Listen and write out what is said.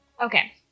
Okay